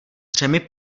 třemi